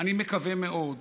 אני מקווה מאוד